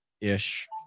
ish